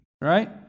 Right